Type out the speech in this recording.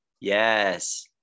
yes